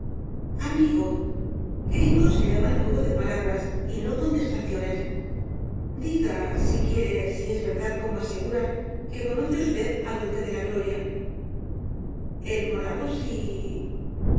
amigo gringo se llama tal juego de palabras y no contestaciones diga si quiere si es verdad como se asegura que conoce usted al duque de la gloria el moravo sí